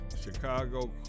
Chicago